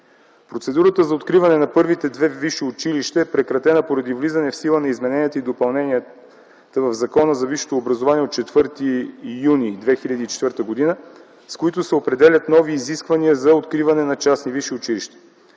Процедурата за откриване на първите две висши училища е прекратена породи влизане в сила на измененията и допълненията в Закона за висшето образование от 4 юни 2004 г., с които се определят нови изисквания за откриване на частни висши училища.